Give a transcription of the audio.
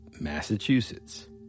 Massachusetts